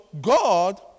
God